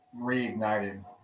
reignited